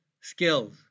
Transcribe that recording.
skills